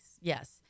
yes